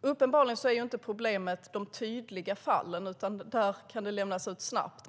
Uppenbarligen är inte problemet de tydliga fallen, utan där kan handlingarna lämnas ut snabbt.